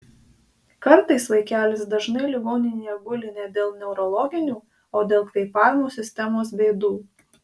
kartais vaikelis dažnai ligoninėje guli ne dėl neurologinių o dėl kvėpavimo sistemos bėdų